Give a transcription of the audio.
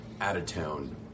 out-of-town